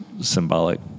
symbolic